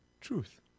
Truth